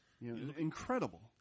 Incredible